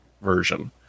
version